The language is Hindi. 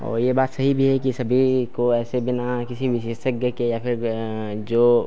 और यह बात सही भी है कि सभी को ऐसे बिना किसी विशेषज्ञ के या फिर जो